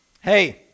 hey